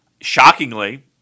shockingly